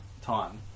time